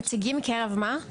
נציגים כן, אבל מה?